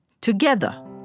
together